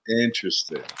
Interesting